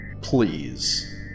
please